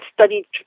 studied